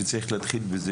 שצריך להתחיל בזה